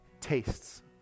tastes